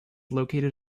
located